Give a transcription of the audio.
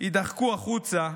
יידחקו החוצה,